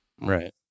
Right